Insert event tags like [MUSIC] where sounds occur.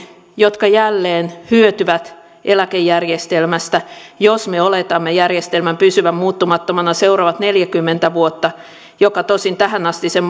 jotka jälleen hyötyvät eläkejärjestelmästä jos me oletamme järjestelmän pysyvän muuttumattomana seuraavat neljäkymmentä vuotta mikä tosin tähänastisen [UNINTELLIGIBLE]